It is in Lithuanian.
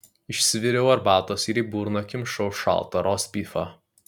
išsiviriau arbatos ir į burną kimšau šaltą rostbifą